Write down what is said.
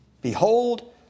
Behold